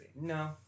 No